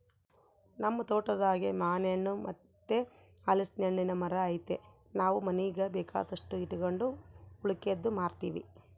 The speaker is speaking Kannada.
ನಮ್ ತೋಟದಾಗೇ ಮಾನೆಣ್ಣು ಮತ್ತೆ ಹಲಿಸ್ನೆಣ್ಣುನ್ ಮರ ಐತೆ ನಾವು ಮನೀಗ್ ಬೇಕಾದಷ್ಟು ಇಟಗಂಡು ಉಳಿಕೇದ್ದು ಮಾರ್ತೀವಿ